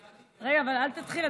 אני עניתי, אל תתחיל.